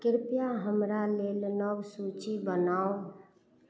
कृपया हमरा लेल नव सूची बनाउ